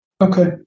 Okay